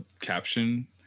caption